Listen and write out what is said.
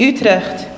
Utrecht